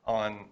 on